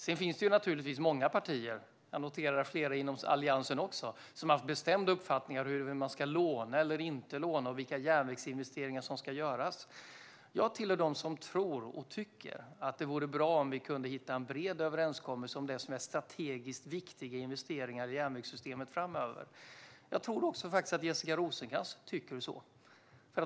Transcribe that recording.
Sedan finns det naturligtvis många partier - flera inom Alliansen också, noterar jag - som har haft bestämda uppfattningar om huruvida man ska låna eller inte låna och vilka järnvägsinvesteringar som ska göras. Jag tillhör dem som tror och tycker att det vore bra om vi kunde hitta en bred överenskommelse om strategiskt viktiga investeringar i järnvägssystemet framöver. Jag tror att också Jessica Rosencrantz tycker så.